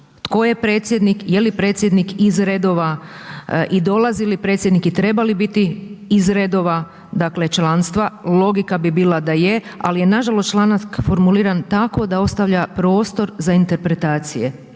tko je predsjednik, je li predsjednik iz redova i dolazi li predsjednik i treba li biti iz redova članstva, logika bi bila da je ali je nažalost članak formuliran tako da ostavlja prostor za interpretacije